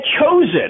chosen